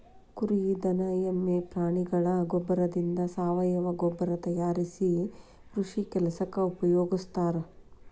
ಕುರಿ ದನ ಎಮ್ಮೆ ಪ್ರಾಣಿಗಳ ಗೋಬ್ಬರದಿಂದ ಸಾವಯವ ಗೊಬ್ಬರ ತಯಾರಿಸಿ ಕೃಷಿ ಕೆಲಸಕ್ಕ ಉಪಯೋಗಸ್ತಾರ